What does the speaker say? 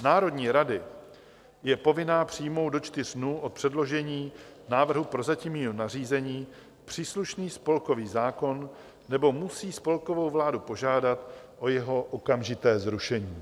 Národní rada je povinna přijmout do čtyř dnů od předložení návrhu prozatímního nařízení příslušný spolkový zákon nebo musí spolkovou vládu požádat o jeho okamžité zrušení.